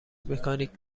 مکانیک